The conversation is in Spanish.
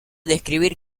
describir